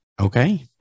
Okay